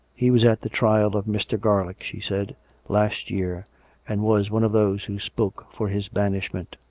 he was at the trial of mr. garlick, she said last year and was one of those who spoke for his banishment.